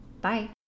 Bye